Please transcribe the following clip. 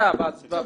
אני